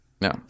no